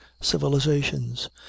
civilizations